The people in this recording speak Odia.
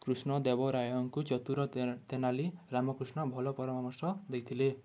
କୃଷ୍ଣ ଦେବରାୟଙ୍କୁ ଚତୁର ତେନାଲି ରାମକୃଷ୍ଣ ଭଲ ପରାମର୍ଶ ଦେଇଥିଲେ